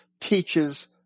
teaches